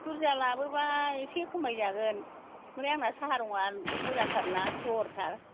बुरजा लाबोबा एसे खमायजागोन ओमफ्राय आंना साहा रंआ मोजांथारना पिय'र थार